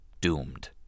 doomed